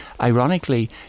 ironically